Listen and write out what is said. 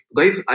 Guys